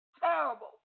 terrible